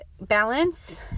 balance